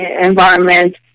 environment